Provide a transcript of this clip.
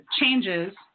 changes